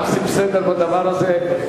עושים סדר בדבר הזה,